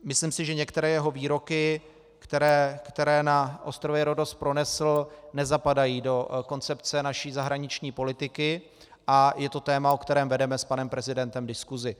Myslím si, že některé jeho výroky, které na ostrově Rhodos pronesl, nezapadají do koncepce naší zahraniční politiky, a je to téma, o kterém vedeme s panem prezidentem diskusi.